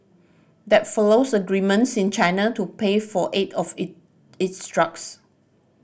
that follows agreements in China to pay for eight of it its drugs